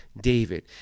David